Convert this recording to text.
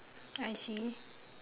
I see